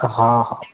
हा हा